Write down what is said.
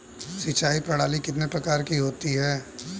सिंचाई प्रणाली कितने प्रकार की होती हैं?